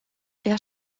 der